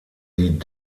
die